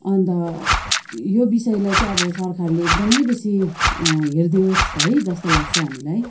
अन्त यो विषयलाई चाहिँ अब सरकारले एकदमै बेसी हेरिदियोस् है जस्तो लाग्छ हामीलाई